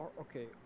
Okay